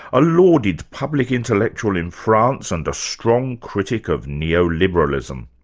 a lauded public intellectual in france and a strong critic of neo-liberalism.